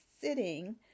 sitting